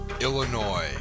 Illinois